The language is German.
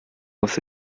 muss